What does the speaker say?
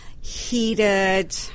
heated